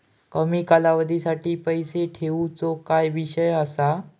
कमी कालावधीसाठी पैसे ठेऊचो काय विषय असा?